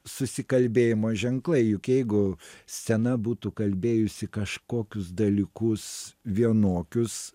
susikalbėjimo ženklai juk jeigu scena būtų kalbėjusi kažkokius dalykus vienokius